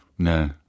No